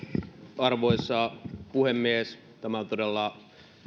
arvoisa puhemies tämä on todella